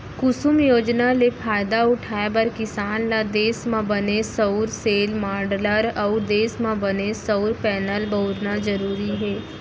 कुसुम योजना ले फायदा उठाए बर किसान ल देस म बने सउर सेल, माँडलर अउ देस म बने सउर पैनल बउरना जरूरी हे